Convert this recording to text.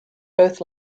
both